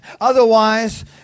Otherwise